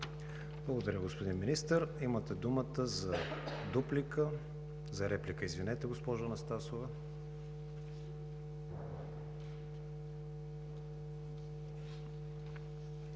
Благодаря, господин Министър. Имате думата за реплика, госпожо Анастасова.